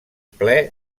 ple